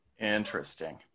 Interesting